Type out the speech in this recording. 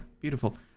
beautiful